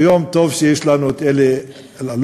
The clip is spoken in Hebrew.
והיום טוב שיש לנו את אלי אלאלוף,